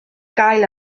gael